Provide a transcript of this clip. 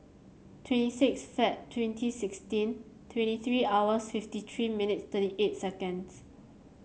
twenty six Feb twenty sixteen twenty three hours fifty three minutes thirty eight seconds